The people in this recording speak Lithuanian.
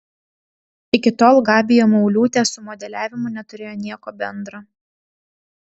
iki tol gabija mauliūtė su modeliavimu neturėjo nieko bendra